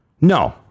No